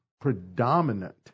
predominant